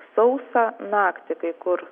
sausa naktį kai kur